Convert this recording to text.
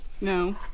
no